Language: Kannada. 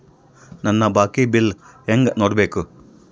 ನನ್ನ ಬಾಕಿ ಬಿಲ್ ಹೆಂಗ ನೋಡ್ಬೇಕು?